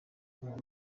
ngo